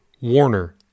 Warner